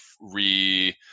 re